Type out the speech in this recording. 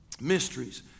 mysteries